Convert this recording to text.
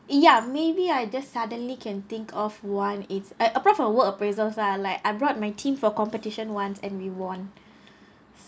ya maybe I just suddenly can think of one it's a approved form work appraisals lah like I brought my team for competition once and we won so